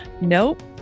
Nope